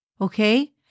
Okay